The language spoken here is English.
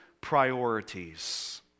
priorities